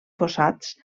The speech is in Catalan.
fossats